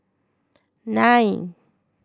nine